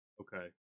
Okay